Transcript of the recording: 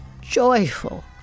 joyful